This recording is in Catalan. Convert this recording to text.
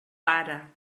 para